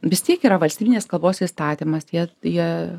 vis tiek yra valstybinės kalbos įstatymas tai jie jie